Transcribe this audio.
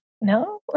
No